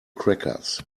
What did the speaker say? crackers